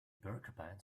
porcupine